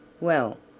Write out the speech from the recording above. well,